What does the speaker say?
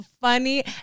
funny